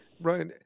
Right